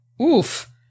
oof